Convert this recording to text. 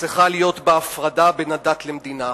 צריכה להיות בה הפרדה בין הדת למדינה.